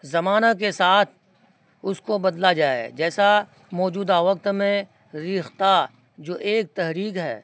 زمانہ کے ساتھ اس کو بدلا جائے جیسا موجودہ وقت میں ریختہ جو ایک تحریک ہے